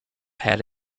had